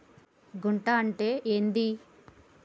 గుంట అంటే ఏంది?